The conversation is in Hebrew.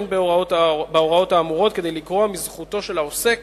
אין בהוראות האמורות כדי לגרוע מזכותו של העוסק